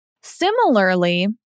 Similarly